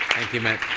thank you, matt.